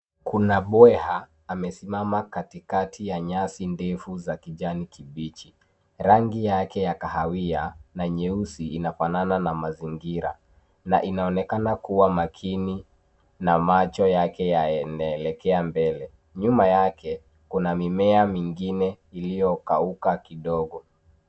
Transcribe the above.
Kuna mbweha amesimama katikati ya nyasi ndefu za kijani kibichi. Rangi yake ya kahawia na nyeusi inafanana na mazingira. Inaonekana kuwa makini na macho yake yanaelekea mbele. Nyuma yake kuna mimea mingine iliyokauka kidogo.